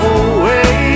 away